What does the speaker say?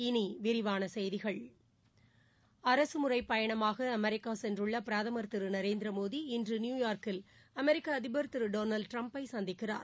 இனி விரிவான செய்திகள் அரசுமுறைப் பயணமாக அமெரிக்கா சென்றுள்ள பிரதமர் திரு நரேந்திரமோடி இன்று நியூயார்க்கில் அமெரிக்க அதிபர் திரு டொனால்டு ட்டிரம்பை சந்திக்கிறார்